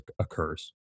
occurs